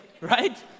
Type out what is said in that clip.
right